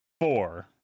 four